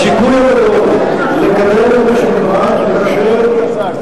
הסיכוי הגדול לקדם את משק המים זה היום,